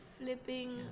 flipping